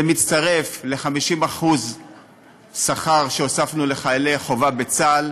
זה מצטרף ל-50% שהוספנו לשכר חיילי החובה בצה"ל,